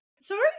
sorry